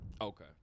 Okay